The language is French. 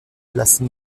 place